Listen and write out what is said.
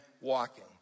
walking